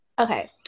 Okay